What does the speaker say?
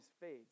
fades